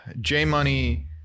J-Money